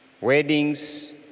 Weddings